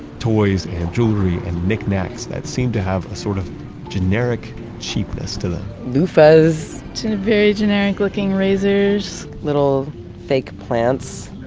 toys and jewelry and knickknacks that seem to have a sort of generic cheapness to them loofahs to very generic looking razors little fake plants